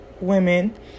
women